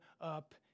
up